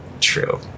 true